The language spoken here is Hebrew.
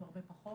הוא הרבה פחות